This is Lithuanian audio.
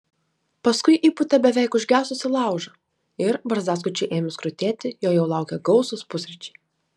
paskui įpūtė beveik užgesusį laužą ir barzdaskučiui ėmus krutėti jo jau laukė gausūs pusryčiai